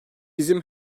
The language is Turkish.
bizim